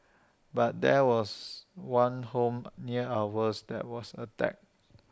but there was one home near ours that was attacked